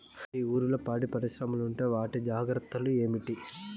మీ ఊర్లలో పాడి పరిశ్రమలు ఉంటే వాటి జాగ్రత్తలు ఏమిటి